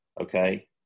okay